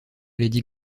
lady